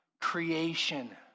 creation